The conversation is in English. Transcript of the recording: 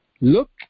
look